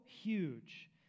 huge